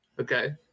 Okay